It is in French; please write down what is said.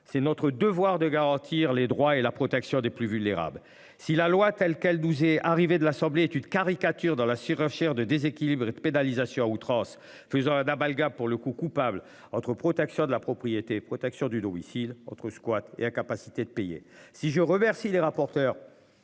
C'est notre devoir de garantir les droits et la protection des plus vulnérables. Si la loi telle qu'elle nous est arrivé de l'Assemblée est caricature dans la surenchère, de déséquilibre de pénalisation à outrance faisant un amalgame pour le coup coupable entre protection de la propriété protection du domicile autre squat et incapacité de payer si je remercie les rapporteurs.